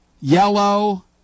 yellow